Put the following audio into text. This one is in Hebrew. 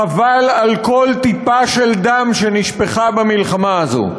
חבל על כל טיפה של דם שנשפכה במלחמה הזאת.